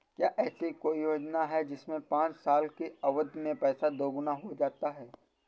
क्या ऐसी कोई योजना है जिसमें पाँच साल की अवधि में पैसा दोगुना हो जाता है?